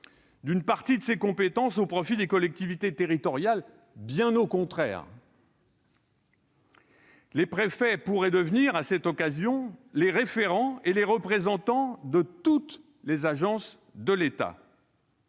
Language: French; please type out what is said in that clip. d'une partie de ses compétences au profit des collectivités territoriales. Bien au contraire ! Les préfets pourraient devenir, à cette occasion, les référents et les représentants de toutes les agences de l'État.